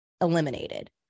eliminated